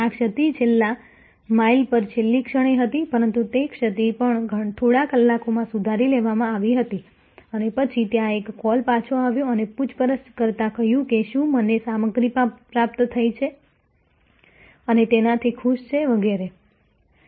આ ક્ષતિ છેલ્લા માઇલ પર છેલ્લી ક્ષણે હતી પરંતુ તે ક્ષતિ પણ થોડા કલાકોમાં સુધારી લેવામાં આવી હતી અને પછી ત્યાં એક કૉલ પાછો આવ્યો અને પૂછપરછ કરતાં કહ્યું કે શું મને સામગ્રી પ્રાપ્ત થઈ છે અને તેનાથી ખુશ છે વગેરે